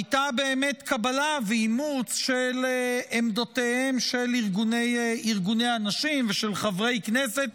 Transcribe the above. היו באמת קבלה ואימוץ של עמדותיהם של ארגוני הנשים ושל חברי כנסת,